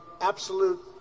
absolute